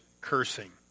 cursing